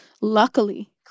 Luckily